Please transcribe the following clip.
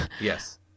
Yes